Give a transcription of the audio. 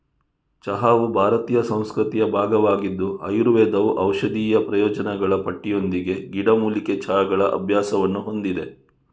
ಚಹಾವು ಭಾರತೀಯ ಸಂಸ್ಕೃತಿಯ ಭಾಗವಾಗಿದ್ದು ಆಯುರ್ವೇದವು ಔಷಧೀಯ ಪ್ರಯೋಜನಗಳ ಪಟ್ಟಿಯೊಂದಿಗೆ ಗಿಡಮೂಲಿಕೆ ಚಹಾಗಳ ಅಭ್ಯಾಸವನ್ನು ಹೊಂದಿದೆ